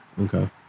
Okay